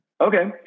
Okay